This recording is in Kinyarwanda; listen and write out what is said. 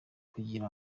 kugira